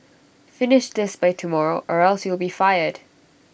finish this by tomorrow or else you'll be fired